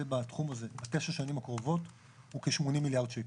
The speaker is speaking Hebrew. בתחום הזה בתשע שנים הקרובות הוא כ-80 מיליארד שקל.